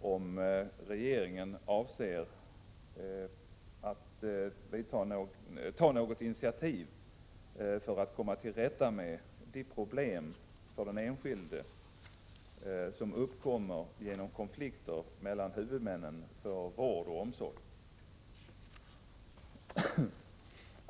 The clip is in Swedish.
om regeringen avser att ta några initiativ för att komma till rätta med de problem för den enskilde som uppkommer genom konflikter mellan huvudmännen för vård och omsorg.